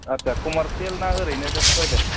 आत्सा कमारसियेल ना ओरैनो जास्त प्रायभेट